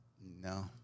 no